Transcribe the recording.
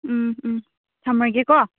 ꯎꯝ ꯎꯝ ꯊꯝꯂꯒꯦꯀꯣ